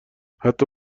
حتی